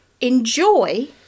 enjoy